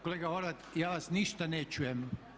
Kolega Horvat ja vas ništa ne čujem.